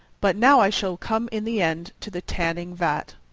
but now i shall come in the end to the tanning-vat.